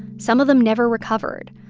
some of them never recovered.